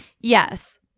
Yes